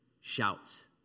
shouts